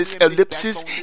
ellipses